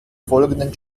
folgenden